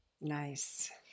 Nice